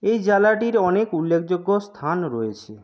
এই জেলাটির অনেক উল্লেখযোগ্য স্থান রয়েছে